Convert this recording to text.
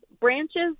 Branches